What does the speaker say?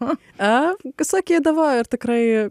o e sakydavo ir tikrai